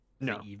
No